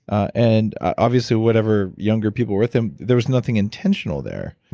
and obviously whatever younger people were with him, there was nothing intentional there.